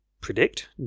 predict